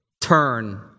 turn